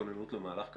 הכנה למהלך כזה?